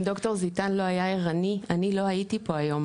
אם ד"ר זיתן לא היה ערני אני לא הייתי פה היום,